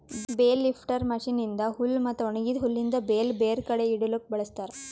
bale lifter machine ಇಂದಾ ಹುಲ್ ಮತ್ತ ಒಣಗಿದ ಹುಲ್ಲಿಂದ್ ಬೇಲ್ ಬೇರೆ ಕಡಿ ಇಡಲುಕ್ ಬಳ್ಸತಾರ್